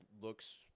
looks